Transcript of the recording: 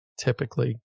typically